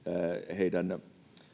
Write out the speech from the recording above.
heidän